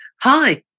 hi